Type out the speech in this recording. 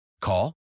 Call